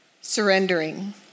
surrendering